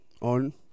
on